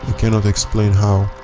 ah cannot explain how,